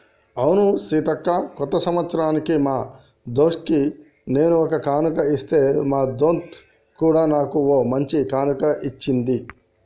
అవును సీతక్క కొత్త సంవత్సరానికి మా దొన్కి నేను ఒక కానుక ఇస్తే మా దొంత్ కూడా నాకు ఓ మంచి కానుక ఇచ్చింది